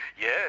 Yes